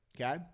okay